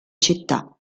città